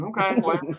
Okay